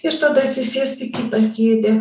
ir tada atsisėst į kitą kėdę